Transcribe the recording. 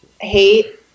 hate